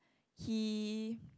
he